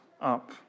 up